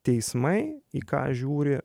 teismai į ką žiūri